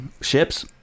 ships